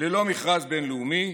ללא מכרז בין-לאומי,